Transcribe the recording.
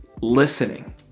listening